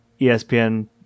ESPN